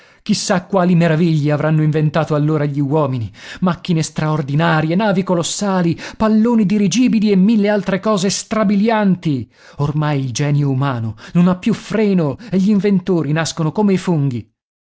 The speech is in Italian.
chissà quali meraviglie avranno inventato allora gli uomini macchine straordinarie navi colossali palloni dirigibili e mille altre cose strabilianti ormai il genio umano non ha più freno e gl'inventori nascono come i funghi